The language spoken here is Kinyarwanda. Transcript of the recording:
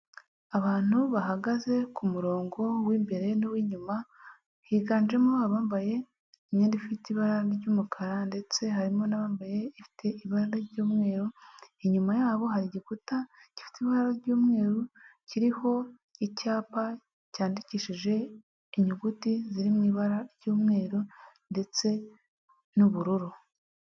Abantu bahagaze ku murongo w'imbere n'uw'inyuma, higanjemo abambaye imyenda ifite ibara ry'umukara ndetse harimo n'abambaye ifite ibara ry'umweru inyuma yabo hari igikuta gifite ibara ry'umweru, kiriho icyapa cyandikishije inyuguti ziri mu ibara ry'umweru ndetse n'ubururu.